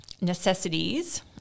necessities